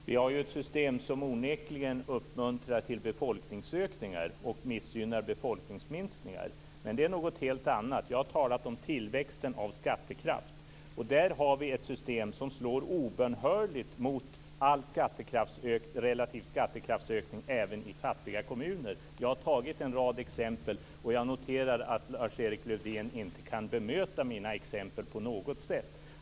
Fru talman! Vi har ett system som onekligen uppmuntrar till befolkningsökningar och missgynnar befolkningsminskningar, men det är något helt annat. Jag har talat om tillväxten av skattekraft. Där har vi ett system som slår obönhörligt mot all relativ skattekraftsökning även i fattiga kommuner. Jag har tagit en rad exempel. Jag noterar att Lars-Erik Lövdén inte kan bemöta mina exempel på något sätt.